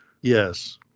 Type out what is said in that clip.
Yes